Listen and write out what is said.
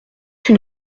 une